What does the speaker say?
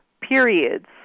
periods